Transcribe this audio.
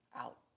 out